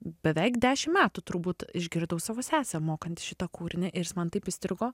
beveik dešim metų turbūt išgirdau savo sesę mokantis šitą kūrinį ir jis man taip įstrigo